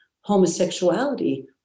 homosexuality